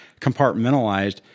compartmentalized